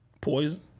Poison